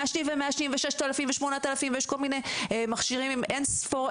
מעשנים ומעשנים ו-6,000 ו-8,000 ויש כל מיני מכשירים עם אינספור,